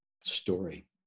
Story